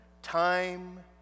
Time